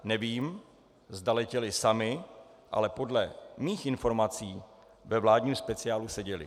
Nevím, zda letěli sami, ale podle mých informací ve vládním speciálu seděli.